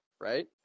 right